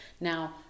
Now